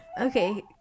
Okay